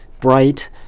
Bright